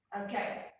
Okay